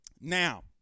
Now